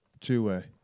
two-way